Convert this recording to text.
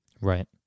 Right